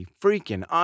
freaking